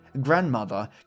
Grandmother